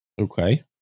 Okay